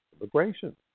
Immigration